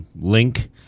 link